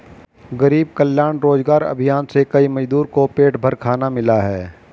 गरीब कल्याण रोजगार अभियान से कई मजदूर को पेट भर खाना मिला है